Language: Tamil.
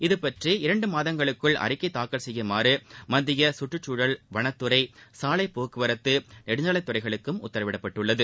இது பற்றி இரண்டு மாதங்களுக்குள் அறிக்கை தாக்கல் செய்யும்படி மத்திய சுற்றுச்சூழல் வனத்துறை சாலை போக்குவரத்து நெடுஞ்சாலை துறைகளுக்கும் உத்தரவிடப்பட்டுள்ளது